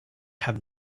have